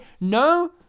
...no